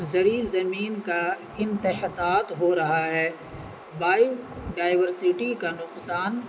زریع زمین کا انتحطات ہو رہا ہے بایو ڈائیورسٹی کا نقصان